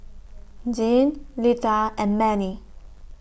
Deann Leatha and Mannie